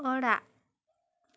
ᱚᱲᱟᱜ